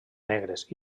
negres